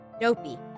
Dopey